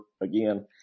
again